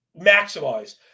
maximize